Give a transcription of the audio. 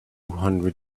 hundred